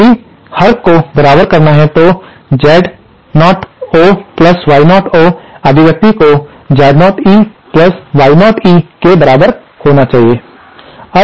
यदि हर को बराबर करना है तो Z0 O Y0 O अभिव्यक्ति को Z0 E Y0 E के बराबर होना चाहिए